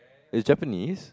it's Japanese